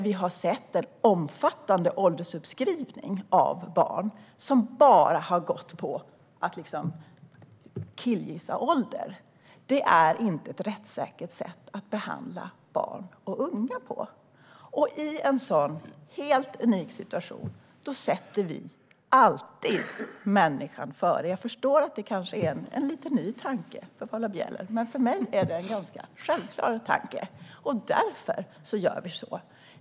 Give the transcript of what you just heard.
Vi har sett en omfattande åldersuppskrivning av barn där man bara har killgissat ålder. Det är inte ett rättssäkert sätt att behandla barn och unga på. I en sådan helt unik situation sätter vi alltid människan före. Jag förstår att det kanske är en lite ny tanke för Paula Bieler, men för mig är det en ganska självklar tanke. Därför gör vi så.